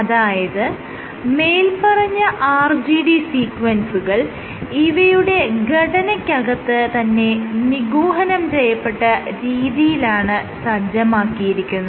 അതായത് മേല്പറഞ്ഞ RGD സീക്വൻസുകൾ ഇവയുടെ ഘടനയ്ക്കകത്ത് തന്നെ നിഗൂഹനം ചെയ്യപ്പെട്ട രീതിയിലാണ് സജ്ജമാക്കിയിരിക്കുന്നത്